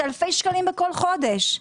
זה אלפי שקלים בכל חודש.